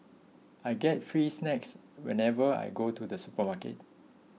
I get free snacks whenever I go to the supermarket